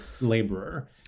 laborer